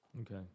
Okay